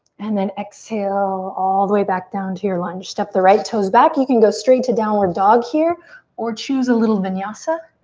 and then exhale all the way back down to your lunge. step the right toes back. you can go straight to downward dog here or choose a little vinyasa.